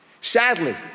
Sadly